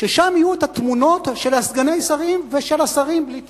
ושם יהיו התמונות של סגני השרים ושל השרים בלי תיק.